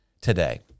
today